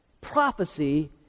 prophecy